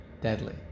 deadly